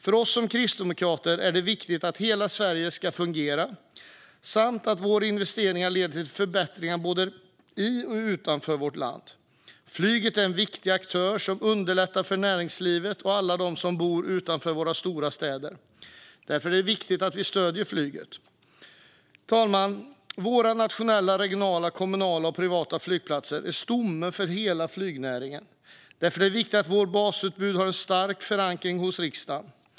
För oss kristdemokrater är det viktigt att hela Sverige ska fungera samt att våra investeringar leder till förbättringar både i och utanför vårt land. Flyget är en viktig aktör som underlättar för näringslivet och alla dem som bor utanför våra stora städer. Därför är det viktigt att vi stöder flyget. Fru talman! Våra nationella, regionala, kommunala och privata flygplatser är stommen för hela flygnäringen. Därför är det viktigt att vårt basutbud har en stark förankring i riksdagen.